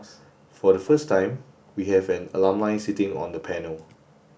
for the first time we have an alumni sitting on the panel